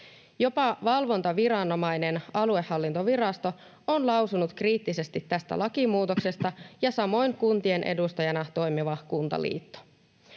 Jopa valvontaviranomainen, aluehallintovirasto, on lausunut kriittisesti tästä lakimuutoksesta, ja samoin kuntien edustajana toimiva Kuntaliitto.